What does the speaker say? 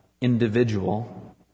Individual